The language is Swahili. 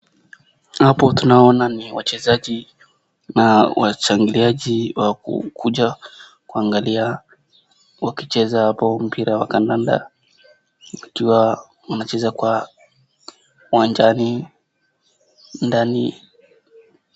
Ni wachezaji na washangiliaji wa kukuja kuangalia wakicheza hapo mpira wa kandanda wakiwa wanacheza kwa uwanjani ndani.